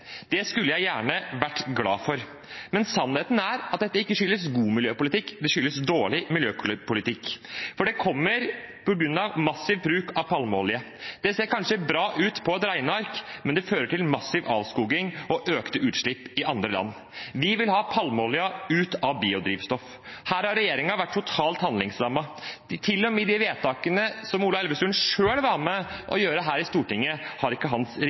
Det skulle jeg gjerne vært glad for, men sannheten er at dette ikke skyldes god miljøpolitikk, det skyldes dårlig miljøpolitikk. For det kommer på grunn av massiv bruk av palmeolje. Det ser kanskje bra ut på et regneark, men det fører til massiv avskoging og økte utslipp i andre land. Vi vil ha palmeolje ut av biodrivstoff. Her har regjeringen vært totalt handlingslammet. Til og med de vedtakene som Ola Elvestuen selv var med på å gjøre her i Stortinget, har ikke hans